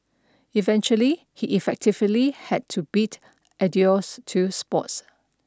eventually he effectively had to bid adieus to sports